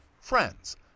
friends